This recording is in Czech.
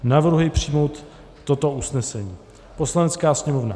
Navrhuji přijmout toto usnesení: Poslanecká sněmovna